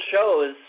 shows